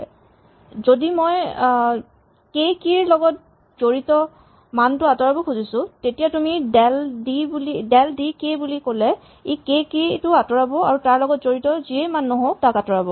আমি যদি k key ৰ লগত জড়িত মানটো আতঁৰাব খুজিছো তেতিয়া তুমি ডেল ডি কে বুলি ক'লে ই কে কী টো আৰু তাৰ লগত জড়িত যিয়েই মান নহওঁক তাক আঁতৰাব